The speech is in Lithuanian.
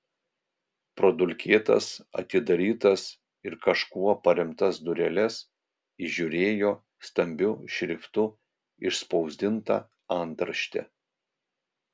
pro dulkėtas atidarytas ir kažkuo paremtas dureles įžiūrėjo stambiu šriftu išspausdintą antraštę